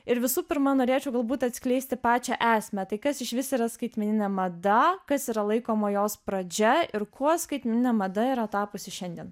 ir visų pirma norėčiau galbūt atskleisti pačią esmę tai kas išvis yra skaitmeninė mada kas yra laikoma jos pradžia ir kuo skaitmeninė mada yra tapusi šiandien